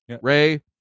Ray